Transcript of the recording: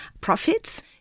profits